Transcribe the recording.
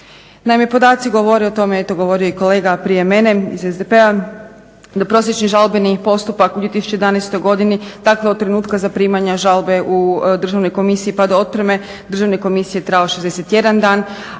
Naime, podaci govore o tome, a o tome je eto govorio i kolega prije mene iz SDP-a, da prosječni žalbeni postupak u 2011. godini dakle od trenutka zaprimanja žalbe u Državnoj komisiji pa do otpreme Državne komisije trajao je 61 dan,